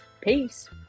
Peace